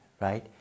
right